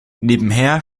nebenher